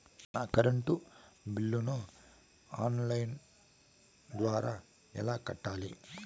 నేను నా కరెంటు బిల్లును ఆన్ లైను ద్వారా ఎలా కట్టాలి?